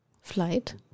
flight